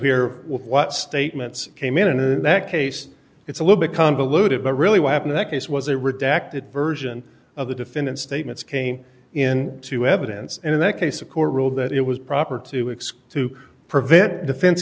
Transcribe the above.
here what statements came in and in that case it's a little bit convoluted but really what happened that case was a redacted version of the defendant's statements came in to evidence and in that case a court ruled that it was proper to exclude to prevent defense